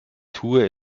tue